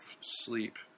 sleep